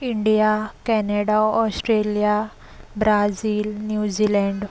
India Canada Australia Brazil New Zealand